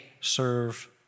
serve